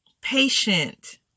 patient